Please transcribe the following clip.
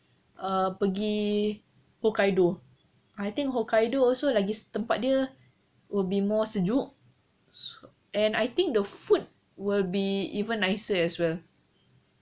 err pergi hokkaido I think hokkaido also lagi tempat dia will be more sejuk and I think the food will be even nicer as well